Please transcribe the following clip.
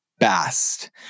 Best